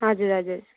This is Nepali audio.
हजुर हजुर